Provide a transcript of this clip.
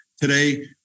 today